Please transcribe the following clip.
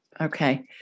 Okay